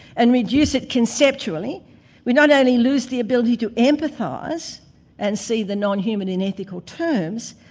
and reduce it conceptually we not only lose the ability to empathise and see the non-human in ethical terms,